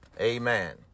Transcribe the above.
Amen